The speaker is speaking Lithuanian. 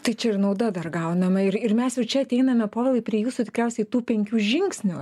tai čia ir nauda dar gaunama ir ir mes jau čia ateiname povilai prie jūsų tikriausiai tų penkių žingsnių